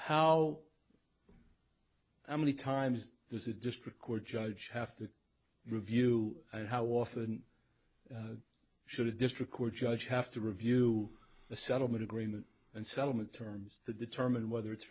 how many times there's a district court judge have to review and how often should a district court judge have to review the settlement agreement and settlement terms to determine whether it's